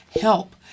help